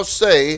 say